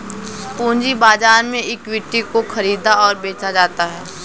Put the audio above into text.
पूंजी बाजार में इक्विटी को ख़रीदा और बेचा जाता है